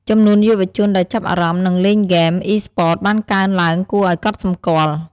ចំនួនយុវជនដែលចាប់អារម្មណ៍ និងលេងហ្គេម Esports បានកើនឡើងគួរឲ្យកត់សម្គាល់។